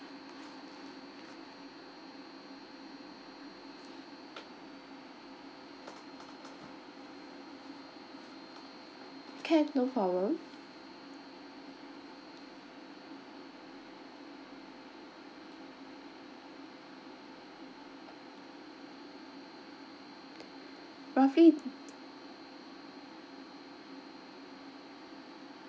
can no problem roughly